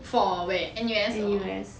for where N_U_S or